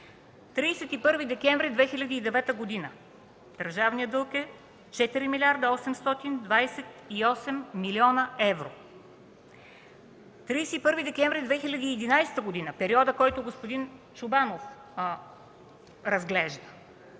31 декември 2009 г. държавният дълг е 4 млрд. 828 млн. евро; 31 декември 2011 г., периодът, който господин Чобанов разглежда,